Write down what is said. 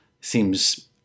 seems